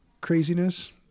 craziness